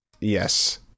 Yes